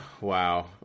Wow